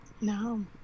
No